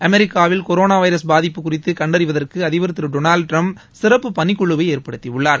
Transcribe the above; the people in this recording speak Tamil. அமெிக்காவில் கொரோணா வைரஸ் பாதிப்பு குறித்து கண்டறிவதற்கு அதிபர் திரு டொனால்டு ட்டிரம்ப் சிறப்பு பணிக்குழுவை ஏற்படுத்தியுள்ளார்